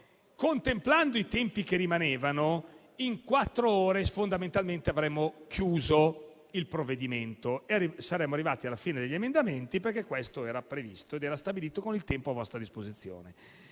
ore i tempi che rimanevano, fondamentalmente avremmo chiuso il provvedimento e saremmo arrivati alla fine dell'esame degli emendamenti: perché questo era previsto ed era stabilito con il tempo a vostra disposizione.